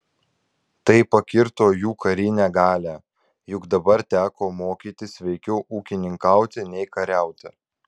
tai pakirto jų karinę galią juk dabar teko mokytis veikiau ūkininkauti nei kariauti